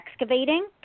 excavating